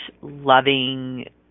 loving